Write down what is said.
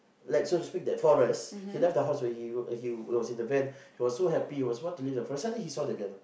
like so to speak that forest he left the house already he was he was in the van he was so happy he was about to leave the forest suddenly he saw the girl